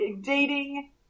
dating